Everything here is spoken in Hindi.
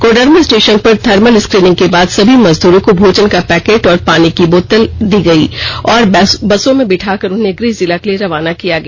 कोडरमा स्टेशन पर थर्मल स्कीनिंग के बाद सभी मजदूरों को भोजन का पैकेट और पानी की बोतल दिया गया और बसों में बिठाकर उन्हें गृह जिला के लिए रवाना किया गया